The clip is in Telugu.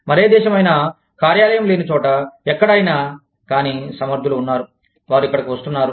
మరే దేశమైనా కార్యాలయం లేని చోట ఎక్కడ అయినా కానీ సమర్థులు ఉన్నారు వారు ఇక్కడకు వస్తున్నారు